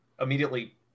immediately